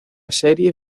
serie